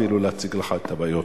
אפילו להציג לך את הבעיות.